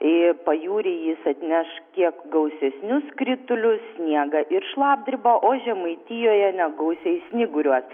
į pajūrį jis atneš kiek gausesnius kritulius sniegą ir šlapdribą o žemaitijoje negausiai snyguriuos